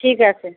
ঠিক আছে